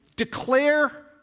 Declare